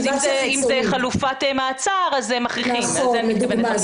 אם זה חלופת מעצר אז מכריחים, לזה אני מתכוונת.